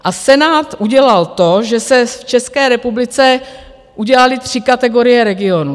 A Senát udělal to, že se v České republice udělaly tři kategorie regionů.